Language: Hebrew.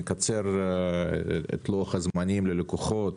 מקצר את לוח הזמנים ללקוחות,